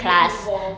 you you involved